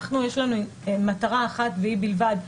אנחנו יש לנו מטרה אחת והיא בלבד,